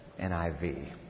NIV